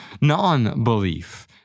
non-belief